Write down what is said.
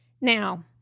Now